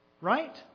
Right